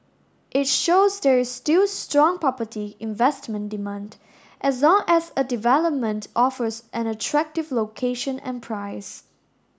it shows there is still strong property investment demand as long as a development offers an attractive location and price